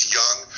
young